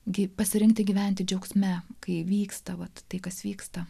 gi pasirinkti gyventi džiaugsme kai vyksta vat tai kas vyksta